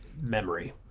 memory